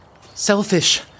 Selfish